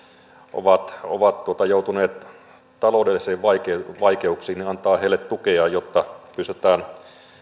ovat ovat joutuneet taloudellisiin vaikeuksiin tukea jotta pystytään